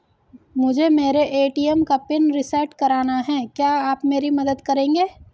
मुझे मेरे ए.टी.एम का पिन रीसेट कराना है क्या आप मेरी मदद करेंगे?